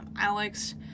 Alex